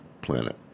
planet